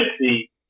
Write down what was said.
see